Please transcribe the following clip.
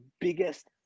biggest